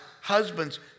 husbands